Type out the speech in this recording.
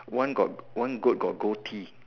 one got one goat got gold T